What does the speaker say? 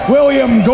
William